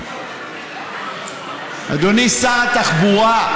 אדוני שר התחבורה,